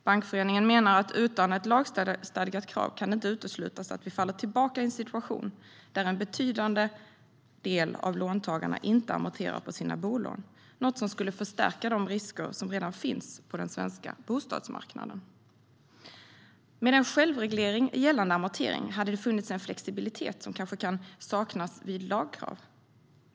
Bankföreningen menar att utan ett lagstadgat krav kan det inte uteslutas att vi faller tillbaka i en situation där en betydande del av låntagarna inte amorterar på sina bolån, något som skulle förstärka de risker som redan finns på den svenska bostadsmarknaden. Med en självreglering gällande amortering hade det funnits en flexibilitet som kan saknas vid lagkrav.